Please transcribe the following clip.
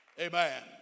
Amen